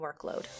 workload